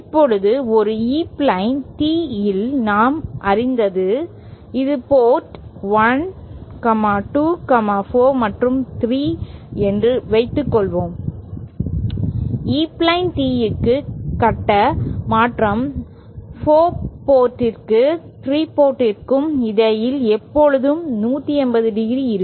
இப்போது ஒரு E plane Tee இல் நாம் அறிந்தது இது போர்ட் 1 2 4 மற்றும் 3 என்று வைத்துக்கொள்வோம்E பிளேன் Teeக்கு கட்ட மாற்றம் 4 போர்டிற்கும் 3 போர்டிற்கும் இடையில் எப்போதும் 180° இருக்கும்